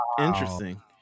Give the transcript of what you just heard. interesting